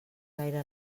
gaire